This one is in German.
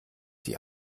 die